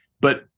But-